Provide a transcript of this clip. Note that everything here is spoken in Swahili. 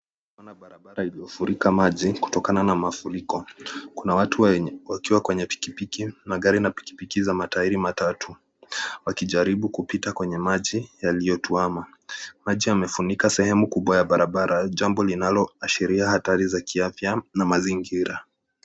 Tunaona barabara iliyofurika maji kutokana na mafuriko. Kuna watu wakiwa kwenye pikipiki, magari na pikipiki za matairi matatu wakijaribu kupita kwenye maji yaliyotwama. Maji yamefunika sehemu kubwa ya barabara jambo linaloashiria hatari za kiafya na mazingira.